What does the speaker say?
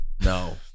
No